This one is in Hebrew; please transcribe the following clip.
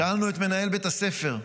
שאלנו את מנהל בית הספר: